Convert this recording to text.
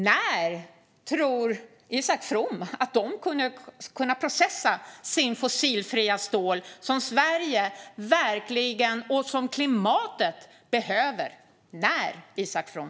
När tror Isak From att de kommer att kunna processa sitt fossilfria stål, som Sverige och klimatet verkligen behöver? När, Isak From?